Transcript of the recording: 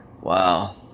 Wow